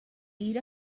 eat